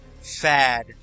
fad